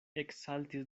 eksaltis